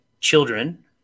Children